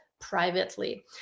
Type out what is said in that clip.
privately